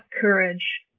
courage